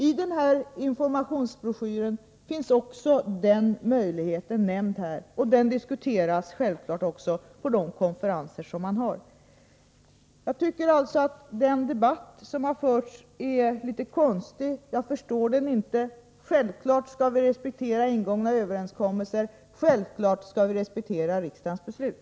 I den här informationsbroschyren finns också den möjligheten nämnd, och den diskuteras självfallet även på de konferenser som man har. Jag tycker alltså att den debatt som har förts är litet konstig. Jag förstår den inte. Självfallet skall vi respektera ingångna överenskommelser. Självfallet skall vi respektera riksdagens beslut.